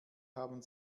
haben